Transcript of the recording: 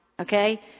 Okay